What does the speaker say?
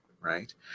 right